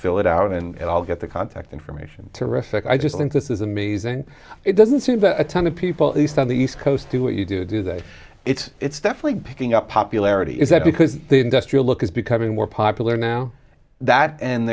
fill it out and i'll get the contact information to reflect i just think this is amazing it doesn't seem that a ton of people at least on the east coast do what you do do they it's definitely picking up popularity is that because the industrial look is becoming more popular now that and